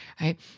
right